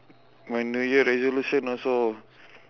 my new year resolution also